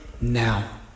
now